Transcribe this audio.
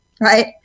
right